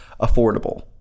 affordable